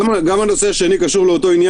במקום ההגדרה "ספורטאי בין-לאומי"